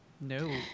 No